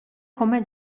come